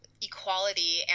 equality